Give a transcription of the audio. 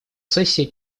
сессия